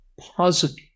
positive